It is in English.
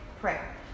prayer